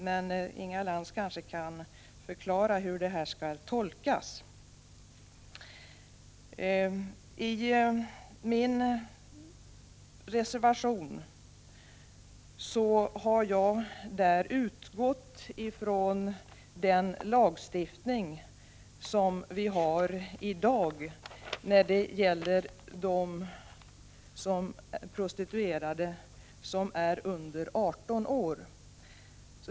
Men Inga Lantz kanske kan förklara hur detta skall tolkas. I min reservation har jag utgått från den lagstiftning som vi har i dag när det gäller de prostituerade som är under 18 år.